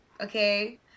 okay